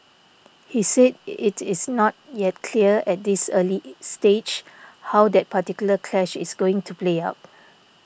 he said it is not yet clear at this early stage how that particular clash is going to play out